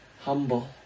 humble